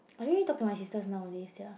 I really talk to my sister nowadays ya